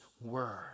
word